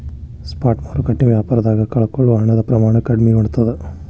spot ಮಾರುಕಟ್ಟೆ ವ್ಯಾಪಾರದಾಗ ಕಳಕೊಳ್ಳೊ ಹಣದ ಪ್ರಮಾಣನ ಕಡ್ಮಿ ಮಾಡ್ತದ